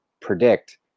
predict